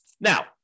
Now